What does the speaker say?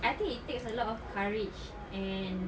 I think it takes a lot of courage and